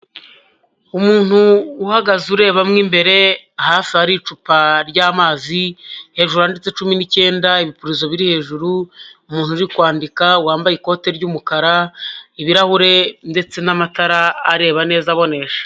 Umuntu uhagaze ureba mo imbere hafi hari icupa ry'amazi, hejuru handitse cumi n'icyenda, ibipirizo biri hejuru, umuntu uri kwandika wambaye ikote ry'umukara, ibirahure ndetse n'amatara areba neza abonesha.